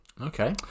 Okay